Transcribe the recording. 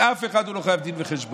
לאף אחד הוא לא חייב דין וחשבון.